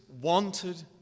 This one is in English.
wanted